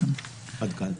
עד כאן.